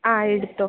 ആ എടുത്തോളൂ